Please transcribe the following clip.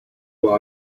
you